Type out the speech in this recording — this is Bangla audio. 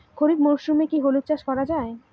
খরিফ মরশুমে কি হলুদ চাস করা য়ায়?